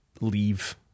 leave